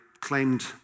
claimed